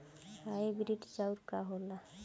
Hybrid चाउर का होला?